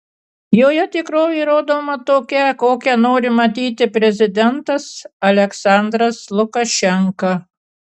joje tikrovė rodoma tokia kokią nori matyti prezidentas aliaksandras lukašenka